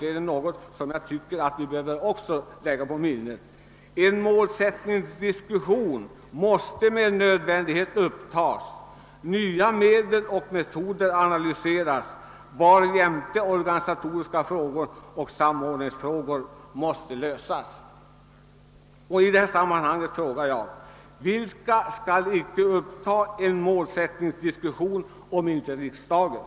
En målsättningsdiskussion måste med nödvändighet upptas, nya medel och metoder analyseras, varjämte organisatoriska frågor och samordningsfrågor måste lö Sas.» Vem skall uppta en målsättningsdiskussion om inte riksdagen?